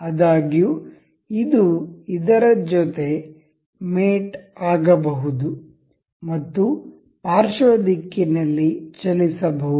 ಆದಾಗ್ಯೂ ಇದು ಇದರ ಜೊತೆ ಮೇಟ್ ಆಗಬಹುದು ಮತ್ತು ಪಾರ್ಶ್ವ ದಿಕ್ಕಿನಲ್ಲಿ ಚಲಿಸಬಹುದು